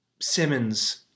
Simmons